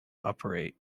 operate